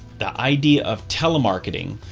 the idea of telemarketing